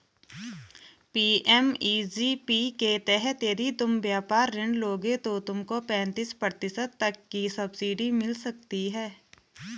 PMEGP के तहत यदि तुम व्यापार ऋण लोगे तो तुमको पैंतीस प्रतिशत तक की सब्सिडी मिल सकती है